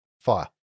Fire